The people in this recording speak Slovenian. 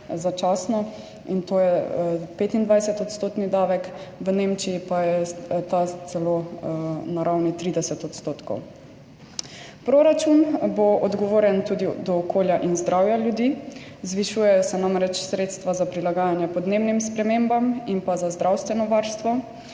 in to je 25-odstotni davek, v Nemčiji pa je ta celo na ravni 30 %. Proračun bo odgovoren tudi do okolja in zdravja ljudi. Zvišujejo se namreč sredstva za prilagajanje podnebnim spremembam in za zdravstveno varstvo.